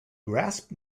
grasp